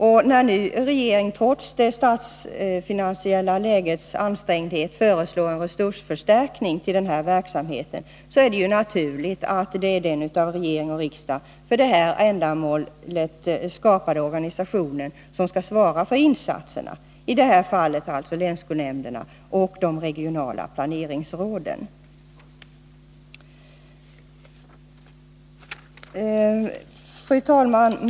Och när nu regeringen, trots det ansträngda statsfinansiella läget, föreslår en resursförstärkning för denna verksamhet, är det naturligt att det är den för detta ändamål av regering och riksdag skapade organisationen som skall svara för insatserna, dvs. i detta fall länsskolnämnderna och de regionala planeringsråden. Fru talman!